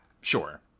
Sure